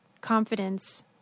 confidence